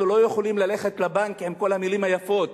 אנחנו לא יכולים ללכת לבנק עם כל המלים היפות.